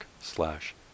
slash